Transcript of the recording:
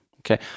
Okay